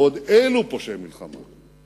ועוד אילו פושעי מלחמה.